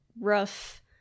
rough